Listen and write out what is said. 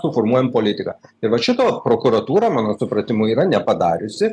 suformuojam politiką ir vat šito prokuratūra mano supratimu yra nepadariusi